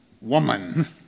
woman